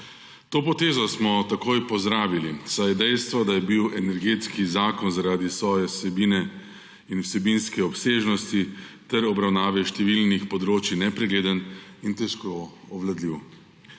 To potezo smo takoj pozdravili, saj je dejstvo, da je bil Energetski zakon zaradi svoje vsebine in vsebinske obsežnosti ter obravnave številnih področij nepregleden in težko obvladljiv.